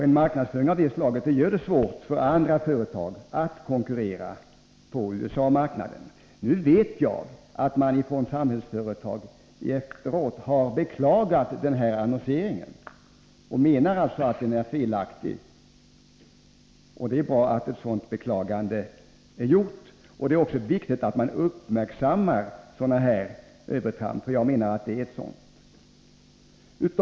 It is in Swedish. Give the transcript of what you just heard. En marknadsföring av detta slag gör det svårt för andra företag att konkurrera på USA-marknaden. Nu vet jag att man från Samhällsföretag efteråt har beklagat denna annonsering. Man menar att den var felaktig. Det är bra att ett sådant beklagande har gjorts. Det är dock viktigt att man uppmärksammar övertramp — jag menar att detta är ett sådant.